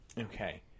Okay